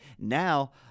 now